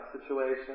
situation